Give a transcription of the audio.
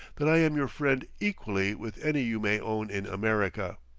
that i am your friend equally with any you may own in america.